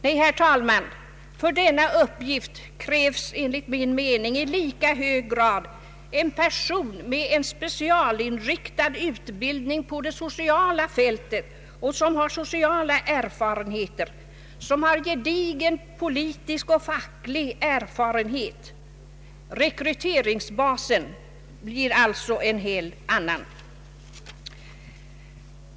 Nej, herr talman, för denna uppgift krävs i hög grad en person med specialinriktad utbildning på det sociala fältet, som har sociala erfarenheter och gedigen politisk och facklig erfarenhet. Rekryteringsbasen blir alltså en helt annan.